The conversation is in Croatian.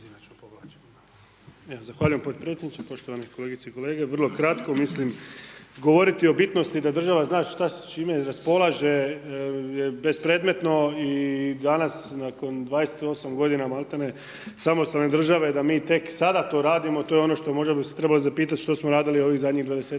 Zahvaljujem podpredsjedniče, poštovane kolegice i kolege, vrlo kratko mislim govoriti o bitnosti da država zna šta s čime raspolaže je bespredmetno i danas nakon 28 godina maltene samostalne države da mi tek sada to radimo to je ono što možda bi se trebali zapitati što smo radili ovih zadnjih 20-tak